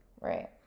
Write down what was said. Right